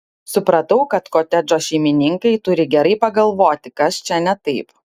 supratau kad kotedžo šeimininkai turi gerai pagalvoti kas čia ne taip